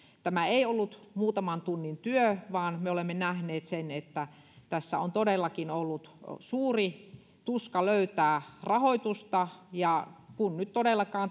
tämä ei ollut muutaman tunnin työ vaan me olemme nähneet että tässä on todellakin ollut suuri tuska löytää rahoitusta ja kun nyt todellakaan